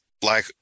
black